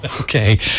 Okay